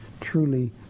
truly